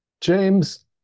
James